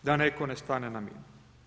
Da netko ne stane na minu.